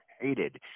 hated